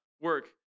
work